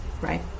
right